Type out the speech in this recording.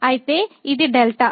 అయితే ఇది δ